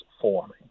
forming